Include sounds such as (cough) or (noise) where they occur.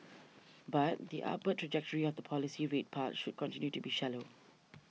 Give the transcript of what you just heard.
(noise) but the upward trajectory of the policy rate path should continue to be shallow